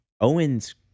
Owen's